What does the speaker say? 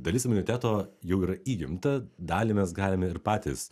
dalis imuniteto jau yra įgimta dalį mes galime ir patys